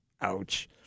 Ouch